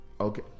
okay